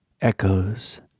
Echoes